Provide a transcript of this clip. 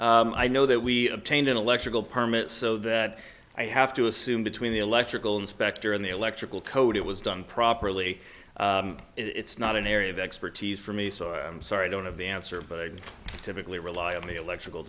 in i know that we obtained an electrical permit so that i have to assume between the electrical inspector and the electrical code it was done properly it's not an area of expertise for me so i'm sorry i don't have the answer but i typically rely on the electrical